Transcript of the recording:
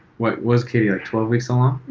what was katie, like twelve weeks along?